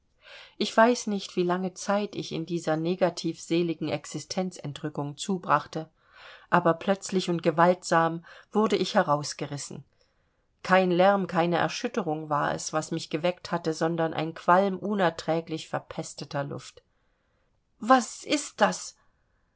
ich weiß nicht wie lange zeit ich in dieser negativ seligen existenzentrückung zubrachte aber plötzlich und gewaltsam wurde ich herausgerissen kein lärm keine erschütterung war es was mich geweckt hatte sondern ein qualm unerträglich verpesteter luft was ist das